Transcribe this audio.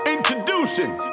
Introducing